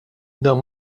dan